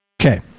Okay